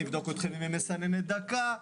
נבדוק אתכם עם מסננת דקה.